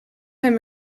zijn